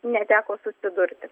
neteko susidurti